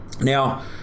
Now